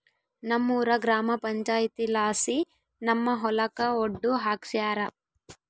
ನಮ್ಮೂರ ಗ್ರಾಮ ಪಂಚಾಯಿತಿಲಾಸಿ ನಮ್ಮ ಹೊಲಕ ಒಡ್ಡು ಹಾಕ್ಸ್ಯಾರ